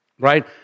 Right